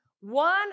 one